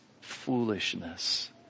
foolishness